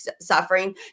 suffering